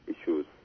issues